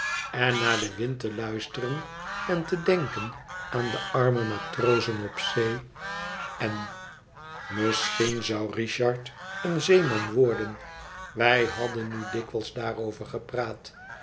en naar den wind te luisteren en te denken aan de arme matrozen op zee en misschien zou richard een zeeman worden wij hadden nu dikwijls daarover gepraat